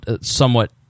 somewhat